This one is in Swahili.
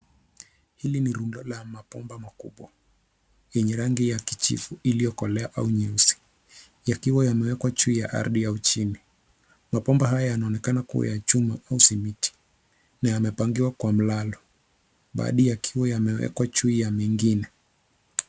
Hili ni rundo la mabomba makubwa yenye rangi ya kijivu iliyokolea au nyeusi. Yakiwa yamewekwa juu ya ardhi au chini. Mabomba haya yanaonekana kuwa ya chuma au simiti. Na yamepangiwa kwa mlango. Baadhi yakiwa yamewekwa juu ya mengine.